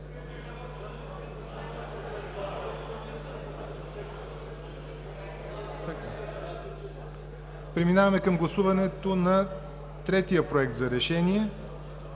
Преминаваме към гласуване на трите проекта за решение